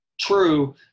true